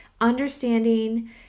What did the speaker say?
understanding